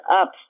up